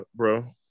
bro